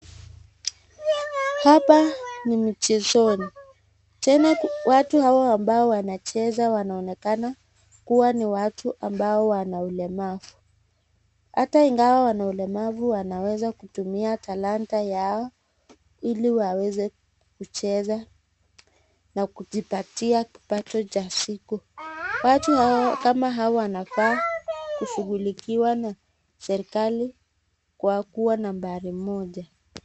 Hapa ni mchezoni. Tena watu hawa ambao wanacheza wanaonekana kuwa ni watu ambao wana ulemavu. Hata ingawa wana ulemavu wanaweza kutumia talenta yao ili waweze kuzheza na kujipatia kipato cha siku. Watu kama hawa wanafaa kushukulikiwa na serikali kwa kuwa nambari moja.